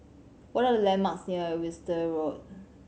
what are the landmarks near Winstedt Road